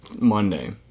monday